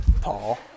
Paul